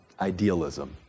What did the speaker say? idealism